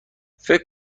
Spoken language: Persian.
فکر